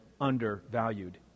undervalued